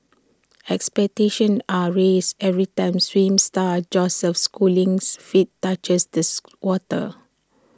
expectations are raised every time swim star Joseph schooling's feet touches this water